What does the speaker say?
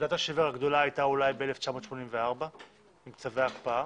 נקודת השבר הגדולה הייתה אולי ב-1984 עם צווי ההקפאה,